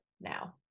now